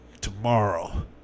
tomorrow